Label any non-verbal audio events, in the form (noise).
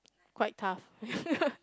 quite tough (laughs)